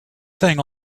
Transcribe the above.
thing